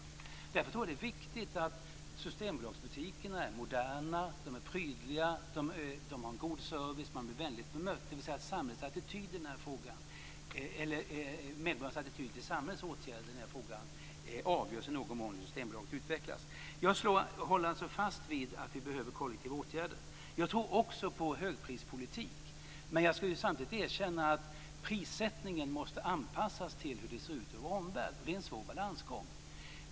Därför tror jag att det är viktigt att Systembolagets butiker är moderna, prydliga och har en god service och att man blir vänligt bemött i dem, dvs. att medborgarnas attityd till samhällets åtgärder i denna fråga i någon mån avgörs av hur Systembolaget utvecklas. Jag håller alltså fast vid att vi behöver kollektiva åtgärder. Jag tror också på högprispolitik. Men jag ska samtidigt erkänna att prissättningen måste anpassas till hur det ser ut i vår omvärld, och det är en svår balansgång.